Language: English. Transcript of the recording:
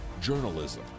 journalism